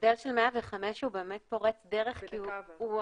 המודל של 105 הוא באמת פורץ דרך כי הוא